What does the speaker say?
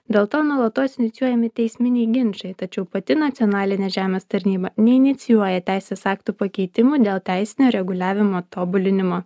dėl to nuolatos inicijuojami teisminiai ginčai tačiau pati nacionalinė žemės tarnyba neinicijuoja teisės aktų pakeitimų dėl teisinio reguliavimo tobulinimo